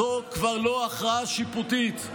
זאת כבר לא הכרעה שיפוטית.